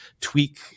tweak